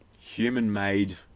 Human-made